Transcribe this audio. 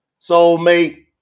soulmate